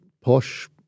posh